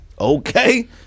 Okay